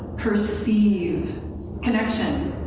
perceive connection.